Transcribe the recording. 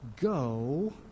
Go